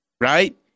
right